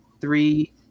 three